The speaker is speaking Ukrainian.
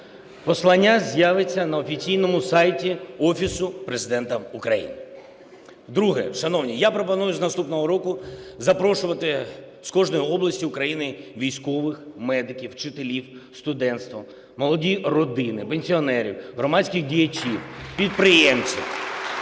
послання з'явиться на офіційному сайті Офісу Президента України. Друге. Шановні, я пропоную з наступного року запрошувати з кожної області України військових, медиків, вчителів, студентство, молоді родини, пенсіонерів, громадських діячів, підприємців,